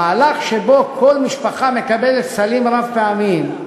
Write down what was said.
המהלך שבו כל משפחה מקבלת סלים רב-פעמיים,